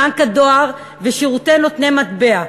בנק הדואר ושירותי נותני מטבע.